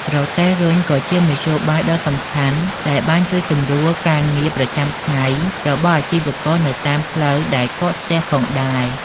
រទេះរុញក៏ជាមធ្យោបាយដ៏សំខាន់ដែលបានជួយសម្រួលការងារប្រចាំថ្ងៃរបស់អាជីវករនៅតាមផ្លូវដែលកកស្ទះផងដែរ។